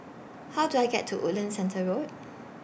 How Do I get to Woodlands Centre Road